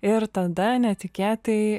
ir tada netikėtai